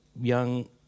young